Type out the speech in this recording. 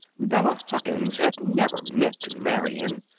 bella huckins had never meant to marry him.